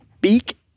beak